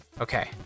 Okay